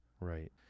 right